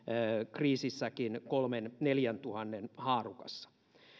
kriisissäkin kolmentuhannen viiva neljäntuhannen haarukassa